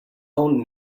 own